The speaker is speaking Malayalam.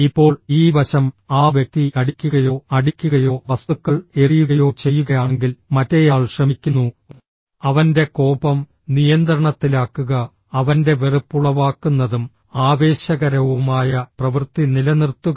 ഇപ്പോൾ ഈ വശം ആ വ്യക്തി അടിക്കുകയോ അടിക്കുകയോ വസ്തുക്കൾ എറിയുകയോ ചെയ്യുകയാണെങ്കിൽ മറ്റേയാൾ ശ്രമിക്കുന്നു അവന്റെ കോപം നിയന്ത്രണത്തിലാക്കുക അവന്റെ വെറുപ്പുളവാക്കുന്നതും ആവേശകരവുമായ പ്രവൃത്തി നിലനിർത്തുക